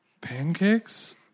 pancakes